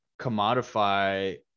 commodify